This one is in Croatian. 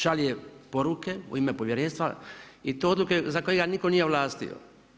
Šalje poruke u ime povjerenstva i to odluke za koje ga nitko nije ovlastio.